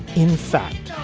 in fact,